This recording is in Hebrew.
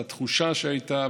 התחושה שהייתה,